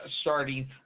starting